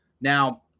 Now